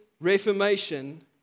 reformation